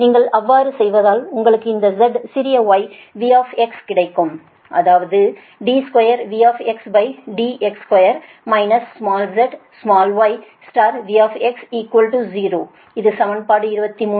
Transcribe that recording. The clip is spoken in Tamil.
நீங்கள் அவ்வாறு செய்தால் உங்களுக்கு அந்த z சிறிய y V கிடைக்கும் அதாவது d2V dx2 small zSmallyVx 0 இது சமன்பாடு 23